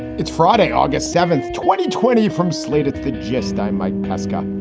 it's friday, august seventh, twenty twenty from slate at the gist, i'm mike pesca.